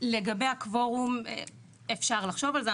לגבי הקוורום, אפשר לחשוב על זה.